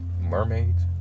mermaids